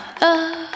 up